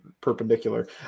perpendicular